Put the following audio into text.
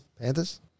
Panthers